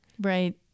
Right